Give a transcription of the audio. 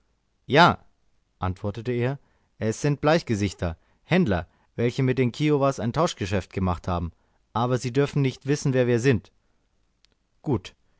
ja antwortete er es sind bleichgesichter händler welche mit den kiowas ein tauschgeschäft gemacht haben aber sie dürfen nicht wissen wer wir sind gut